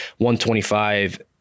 125